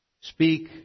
speak